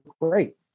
great